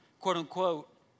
quote-unquote